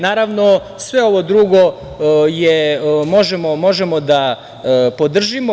Naravno, sve ovo drugo možemo da podržimo.